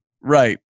right